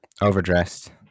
Overdressed